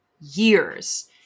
years